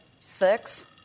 six